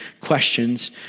questions